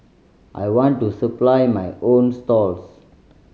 I want to supply my own stalls